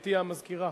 גברתי המזכירה.